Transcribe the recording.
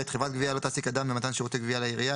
(ב)חברת גבייה לא תעסיק אדם במתן שירותי גבייה לעירייה,